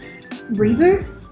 Reboot